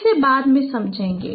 हम इसे बाद में समझेगे